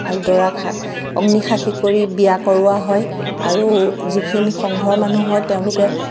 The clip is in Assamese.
আৰু দৰাক সা অগ্নিক সাক্ষী কৰি বিয়া কৰোৱা হয় আৰু যিখিনি সংঘৰ মানুহ হয় তেওঁলোকে